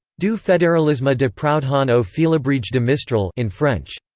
du federalisme ah de proudhon au felibrige de mistral in french.